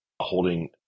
holding